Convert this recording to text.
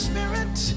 Spirit